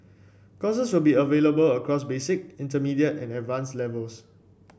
courses will be available across basic intermediate and advance levels